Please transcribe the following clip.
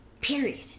period